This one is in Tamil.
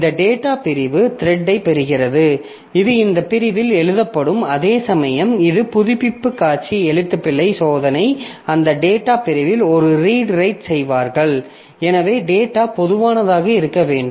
இந்த டேட்டா பிரிவு த்ரெட்டைப் பெறுகிறது இது இந்த பிரிவில் எழுதப்படும் அதேசமயம் இந்த புதுப்பிப்பு காட்சி எழுத்துப்பிழை சோதனை அந்த டேட்டா பிரிவில் ஒரு ரீட் ரைட் செய்வார்கள் எனவே டேட்டா பொதுவானதாக இருக்க வேண்டும்